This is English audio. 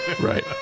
Right